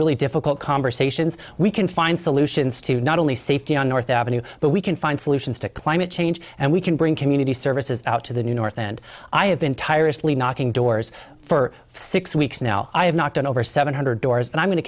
really difficult conversations we can find solutions to not only safety on north avenue but we can find solutions to climate change and we can bring community services out to the north and i have been tyrus lee knocking doors for six weeks now i have knocked on over seven hundred doors and i'm going to